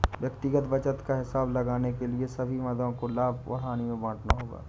व्यक्तिगत बचत का हिसाब लगाने के लिए सभी मदों को लाभ और हानि में बांटना होगा